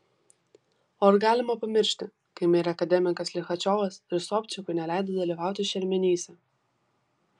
o ar galima pamiršti kai mirė akademikas lichačiovas ir sobčiakui neleido dalyvauti šermenyse